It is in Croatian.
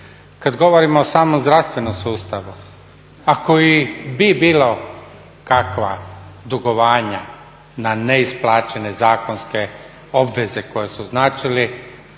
Kad govorimo o samom zdravstvenom sustavu a koji bi bilo kakva dugovanja na neisplaćene zakonske obveze koje su …